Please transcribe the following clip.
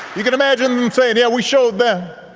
you can imagine them saying, yeah, we showed them